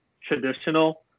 traditional